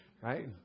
right